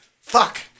Fuck